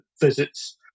visits